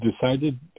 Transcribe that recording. decided